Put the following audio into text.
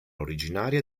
originaria